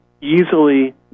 easily